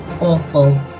awful